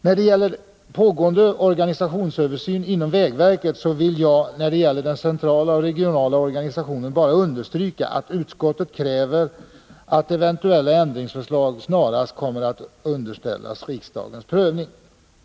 När det gäller pågående organisationsöversyn inom vägverket, vill jag — när det gäller den centrala och regionala organisationen — bara understryka, att utskottet kräver att eventuella ändringsförslag snarast kommer att underställas riksdagens prövning.